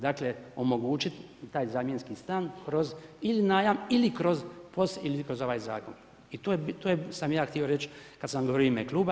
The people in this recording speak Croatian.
Dakle omogućiti taj zamjenski stan kroz ili najam ili kroz POS ili kroz ovaj zakon i to sam ja htio reći kad sam govorimo u ime kluba.